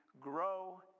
grow